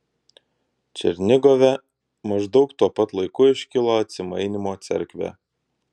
černigove maždaug tuo pat laiku iškilo atsimainymo cerkvė